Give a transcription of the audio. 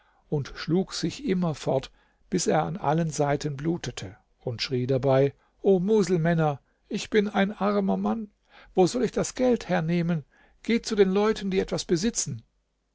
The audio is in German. und schlug sich immerfort bis er an allen seiten blutete und schrie dabei o muselmänner ich bin ein armer mann wo soll ich das geld hernehmen geht zu den leuten die etwas besitzen